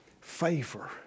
favor